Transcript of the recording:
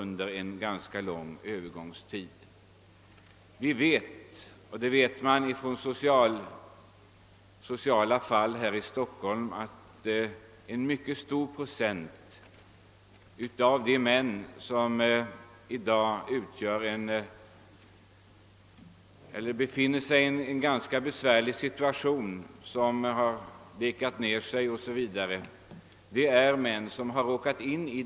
Vi vet att en mycket stor procent av de män som här i Stockholm befinner sig i en besvärlig situation, som har alkoholproblem etc., råkat in i denna situation på grund av de ekonomiska svårigheter de efter en skilsmässa råkar in i.